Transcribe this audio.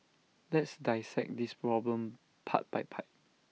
let's dissect this problem part by part